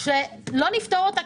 שלא נפתור אותה,